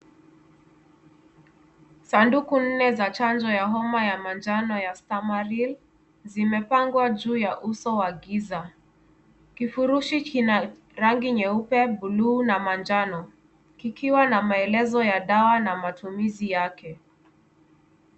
Sanduku nne za chanjo ya homa ya manjano ya Stamaril, zimepangwa juu ya uso wa giza. Kifurushi kina rangi nyeupe, buluu na manjano. Kikiwa na maelezo ya dawa, na matumizi yake.